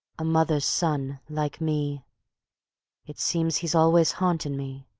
a mother's son like me it seems he's always hauntin' me,